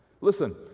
Listen